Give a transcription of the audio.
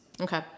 Okay